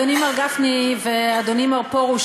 אדוני מר גפני ואדוני מר פרוש,